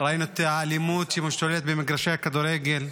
ראינו את האלימות שמשתוללת במגרשי הכדורגל,